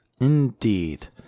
Indeed